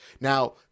Now